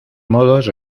modos